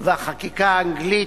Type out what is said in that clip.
והחקיקה האנגלית,